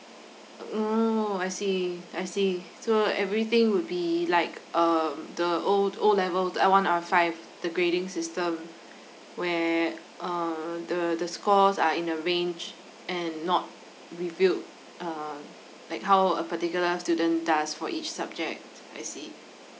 oh I see I see so everything would be like um the old O level L one R five the grading system where err the the scores are in the range and not revealed uh like how a particular student does for each subject I see